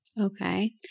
Okay